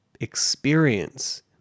experience